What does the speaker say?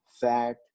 fat